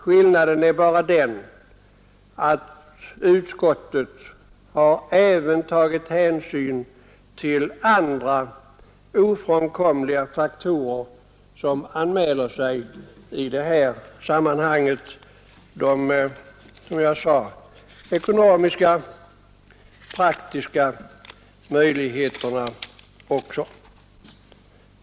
Skillnaden är bara den att utskottsmajoriteten även har tagit hänsyn till andra ofrånkomliga faktorer som anmäler sig i detta sammanhang än de miljömässiga, och de är, som jag nämnt, av ekonomisk och praktisk art.